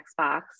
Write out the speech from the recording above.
Xbox